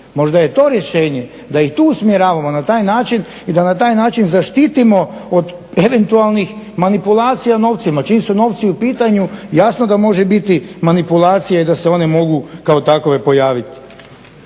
Možda je to rješenje da ih tu usmjeravamo na taj način. I da na taj način zaštitimo od eventualnih manipulacija novcima, čim su novci u pitanju jasno da može biti manipulacije i da se one mogu kao takove pojaviti.